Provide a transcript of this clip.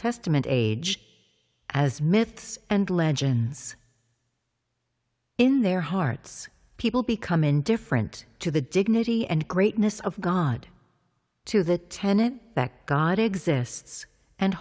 testament age as myths and legends in their hearts people become indifferent to the dignity and greatness of god to the tenet that god exists and